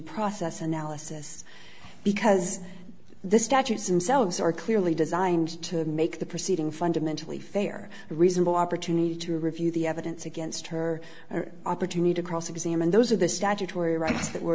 process analysis because the statutes and selig's are clearly designed to make the proceeding fundamentally fair reasonable opportunity to review the evidence against her her opportunity to cross examine those are the statutory rights